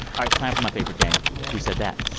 ah it's time for my favorite game, who said that?